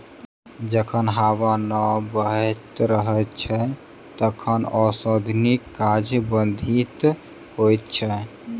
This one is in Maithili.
जखन हबा नै बहैत रहैत छै तखन ओसौनी काज बाधित होइत छै